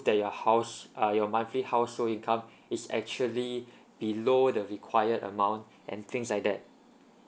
that your house uh your monthly household income is actually below the required amount and things like that